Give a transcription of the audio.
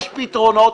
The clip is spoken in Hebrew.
יש פתרונות.